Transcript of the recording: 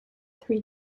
three